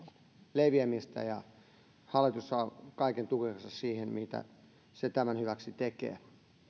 leviämistä ja hallitus saa kaiken tukensa siihen mitä se tämän hyväksi tekee